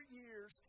years